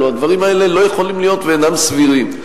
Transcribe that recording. הלוא הדברים האלה לא יכולים להיות ואינם סבירים.